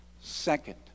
Second